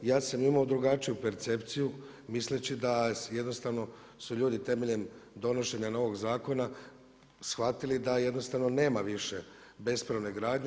Ja sam imao drugačiju percepciju misleći da jednostavno su ljudi temeljem donošenja novog zakona shvatili da jednostavno nema više bespravne gradnje.